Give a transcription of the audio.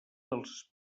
dels